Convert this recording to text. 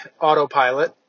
autopilot